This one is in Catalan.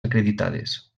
acreditades